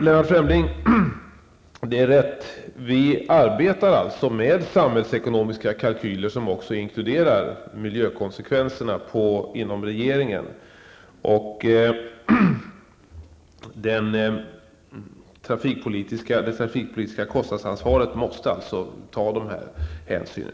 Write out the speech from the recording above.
Det är rätt, Lennart Fremling, att vi inom regeringen arbetar med samhällsekonomiska kalkyler som också inkluderar miljökonsekvenserna. Det trafikpolitiska kostnadsansvaret måste alltså ta dessa hänsyn.